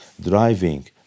driving